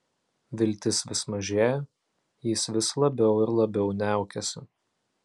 viltis vis mažėja jis vis labiau ir labiau niaukiasi